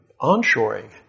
onshoring